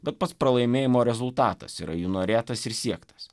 bet pats pralaimėjimo rezultatas yra jų norėtas ir siektas